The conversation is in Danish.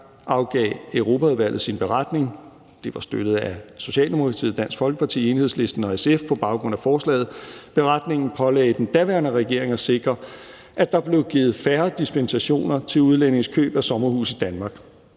afgav Europaudvalget sin beretning – det var støttet af Socialdemokratiet, Dansk Folkeparti, Enhedslisten og SF på baggrund af forslaget. Beretningen pålagde den daværende regering at sikre, at der blev givet færre dispensationer til udlændinges køb af sommerhuse i Danmark.